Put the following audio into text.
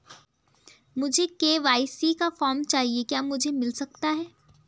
मुझे के.वाई.सी का फॉर्म चाहिए क्या मुझे मिल सकता है?